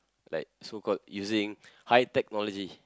like so called using high technology